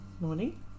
Morning